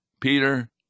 Peter